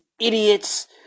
idiots